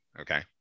Okay